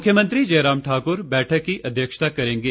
मुख्यमंत्री जयराम ठाकुर बैठक की अध्यक्षता करेंगे